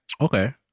Okay